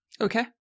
Okay